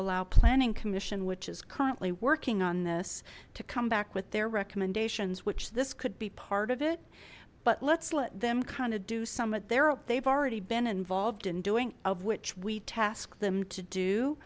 allow planning commission which is currently working on this to come back with their recommendations which this could be part of it but let's let them kind of do some of their they've already been involved in doing of which we task them to do